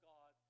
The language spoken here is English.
God